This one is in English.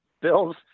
bills